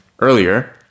earlier